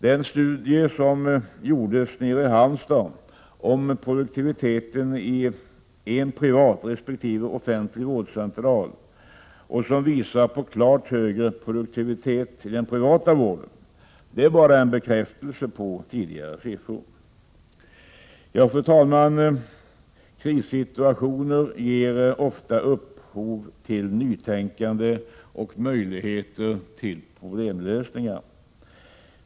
Den studie som gjorts i Halmstad om produktiviteten i en privat resp. offentlig vårdcentral och som visar på klart högre produktivitet i den privata vården är bara en bekräftelse på tidigare siffror. Fru talman! Krissituationer ger ofta upphov till nytänkande och möjligheter till problemlösningar.